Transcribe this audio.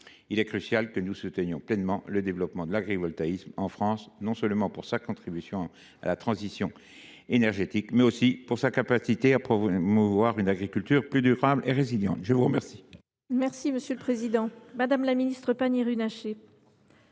Il est crucial que nous soutenions pleinement le développement de l’agrivoltaïsme en France, non seulement pour sa contribution à la transition énergétique, mais aussi pour sa capacité à promouvoir une agriculture plus durable et résiliente. La parole est à Mme la ministre déléguée.